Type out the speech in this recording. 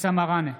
אבתיסאם מראענה,